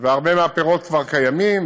הרבה מהפירות כבר קיימים,